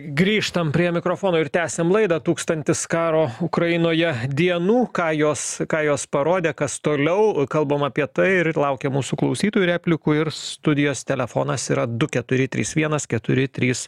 grįžtam prie mikrofono ir tęsiam laidą tūkstantis karo ukrainoje dienų ką jos ką jos parodė kas toliau kalbam apie tai ir laukiam mūsų klausytojų replikų ir studijos telefonas yra du keturi trys vienas keturi trys